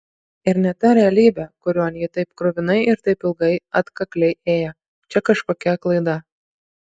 ir ne ta realybė kurion ji taip kruvinai ir taip ilgai atkakliai ėjo čia kažkokia klaida